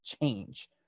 change